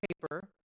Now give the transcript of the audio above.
paper